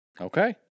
Okay